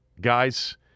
guys